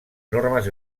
normes